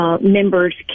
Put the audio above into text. members